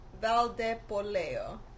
Valdepoleo